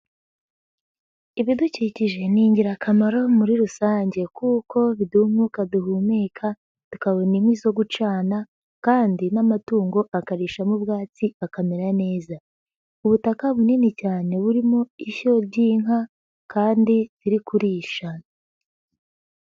Ibidukikije ni ingirakamaro muri rusange kuko biduha umwuka duhumeka, tukabona inkwi zo gucana kandi n'amatungo akarishamo ubwatsi akamera neza, ubutaka bunini cyane burimo ishyo ry'inka kandi ziri kurisha.